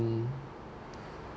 mm